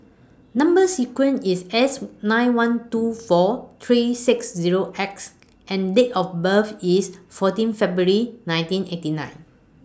Number sequence IS S nine one two four three six Zero X and Date of birth IS fourteen February nineteen eighty nine